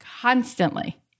constantly